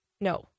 No